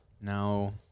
No